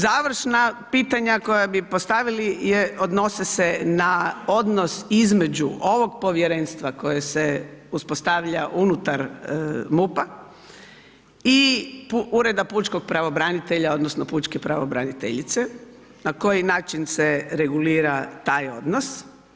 Završna pitanja koja bi postavili je odnose se na odnos između ovog povjerenstva koji se uspostavlja unutar MUP-a i Ureda pučkog pravobranitelja, odnosno, pučke pravobraniteljice, na koji način se regulira taj odnos.